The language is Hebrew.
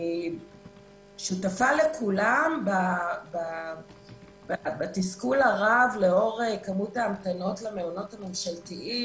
אני שותפה לכולם בתסכול הרב לאור כמות ההמתנות למעונות הממשלתיים.